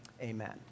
amen